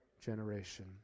generation